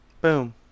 Boom